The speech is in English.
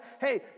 hey